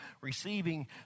receiving